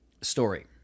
story